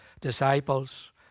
disciples